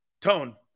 Tone